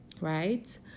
right